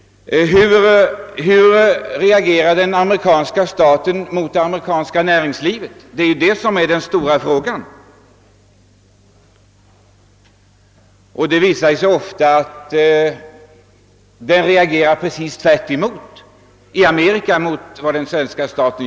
Hur reagerar den amerikanska staten mot det amerikanska näringslivet? Det är den stora frågan. Ofta visar det sig att den reagerar precis tvärtemot den svenska staten.